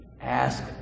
Ask